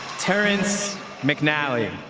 terrence mcnally,